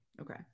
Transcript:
Okay